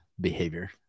behavior